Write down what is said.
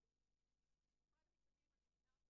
אחרת לא נתקדם.